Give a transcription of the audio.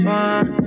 one